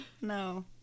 No